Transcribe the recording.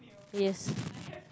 yes